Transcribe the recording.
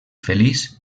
feliç